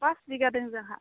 pass बिगा दों जोंहा